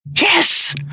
Yes